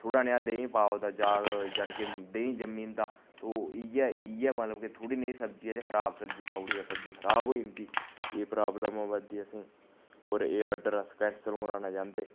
थोह्ड़ा नेहा देहीं पाओ तां जाग जानि कि देहीं जम्मी जंदा ते ओह् इ'यै इ'यै मतलब कि थोह्ड़ी नेही सब्जी बिच्च खराब सब्जी पाई ओड़ी ते सब्जी खराब होई जंदी एह् प्राब्लम होआ करदी असेंगी होर एह् आर्डर अस कैन्सल करोआना चांह्दे